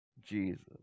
Jesus